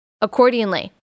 accordingly